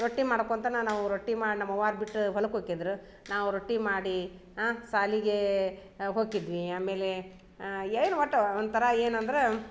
ರೊಟ್ಟಿ ಮಾಡ್ಕೊಳ್ತಾ ನಾನು ರೊಟ್ಟಿ ಮಾಡಿ ನಮ್ಮವ್ವ ಅದು ಬಿಟ್ಟು ಹೊಲಕ್ಕೆ ಹೋಕ್ಕಿದ್ರ್ ನಾವು ರೊಟ್ಟಿ ಮಾಡಿ ಶಾಲಿಗೇ ಹೋಕಿದ್ವಿ ಆಮೇಲೆ ಏನು ಒಟ್ಟು ಒಂಥರಾ ಏನಂದರೆ